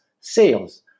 sales